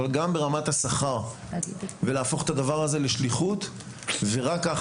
אבל גם ברמת השכר ולהפוך את הדבר הזה לשליחות ורק ככה.